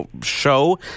show